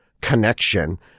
connection